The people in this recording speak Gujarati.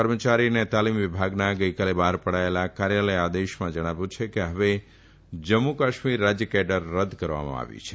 કર્મચારી અને તાલીમ વિભાગના ગઇકાલે બહાર પડાયેલા કાર્યાલય આદેશમાં જણાવ્યું છે કે હવે જમ્મુ કાશ્મીર રાજ્ય કેડર રદ કરવામાં આવી છે